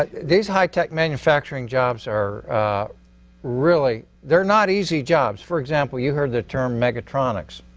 these high tech manufacturing jobs are really they're not easy jobs. for example, you heard the term megatronnics,